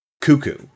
cuckoo